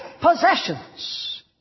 possessions